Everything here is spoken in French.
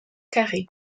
carrée